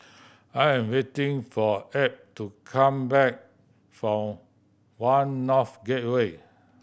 I am waiting for Add to come back from One North Gateway